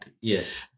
Yes